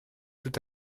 tout